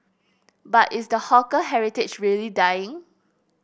but is the hawker heritage really dying